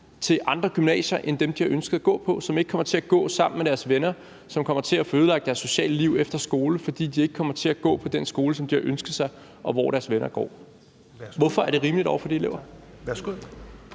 til andre gymnasier end dem, de har ønsket at gå på, som ikke kommer til at gå sammen med deres venner, og som kommer til at få ødelagt deres sociale liv efter skole, fordi de ikke kommer til at gå på den skole, som de har ønsket sig, og hvor deres venner går? Hvorfor er det rimeligt over for de elever?